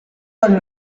del